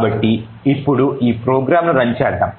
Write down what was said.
కాబట్టి ఇప్పుడు ఈ ప్రోగ్రామ్ను రన్ చేద్దాం